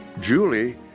Julie